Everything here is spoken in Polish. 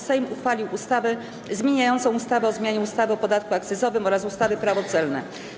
Sejm uchwalił ustawę zmieniającą ustawę o zmianie ustawy o podatku akcyzowym oraz ustawy Prawo celne.